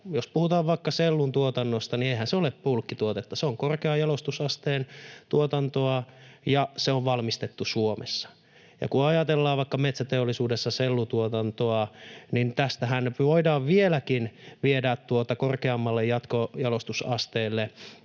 Jos puhutaan vaikka sellutuotannosta, niin eihän se ole bulkkituotetta. Se on korkean jalostusasteen tuotantoa, ja se on valmistettu Suomessa, ja kun ajatellaan vaikka metsäteollisuudessa sellutuotantoa, niin tästähän voidaan vieläkin viedä korkeammalle jatkojalostusasteelle